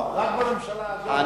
רק בממשלה הזאת,